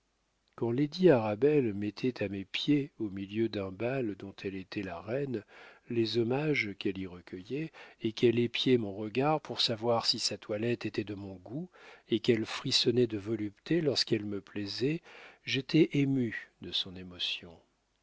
quand lady arabelle mettait à mes pieds au milieu d'un bal dont elle était la reine les hommages qu'elle y recueillait et qu'elle épiait mon regard pour savoir si sa toilette était de mon goût et qu'elle frissonnait de volupté lorsqu'elle me plaisait j'étais ému de son émotion